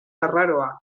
arraroa